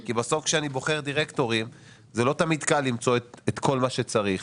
כי בסוף כשאני בוחר דירקטורים זה לא תמיד קל למצוא את כל מה שצריך.